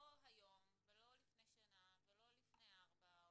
לא היום ולא לפני שנה ולא לפני ארבע,